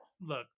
look